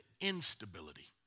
instability